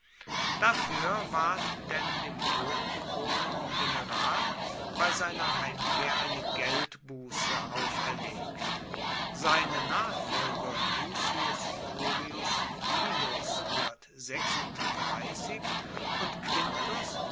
dafür ward denn dem hochgeborenen general bei seiner heimkehr eine geldbuße auferlegt seine nachfolger lucius furius philus und quintus